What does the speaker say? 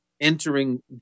entering